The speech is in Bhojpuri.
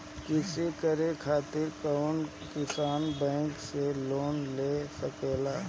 कृषी करे खातिर कउन किसान बैंक से लोन ले सकेला?